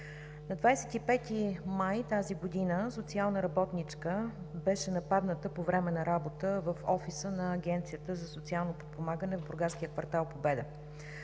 На 25 май 2017 г. социална работничка беше нападната по време на работа в офиса на Агенцията за социално подпомагане в бургаския квартал „Победа“.